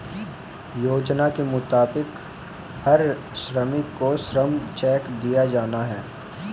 योजना के मुताबिक हर श्रमिक को श्रम चेक दिया जाना हैं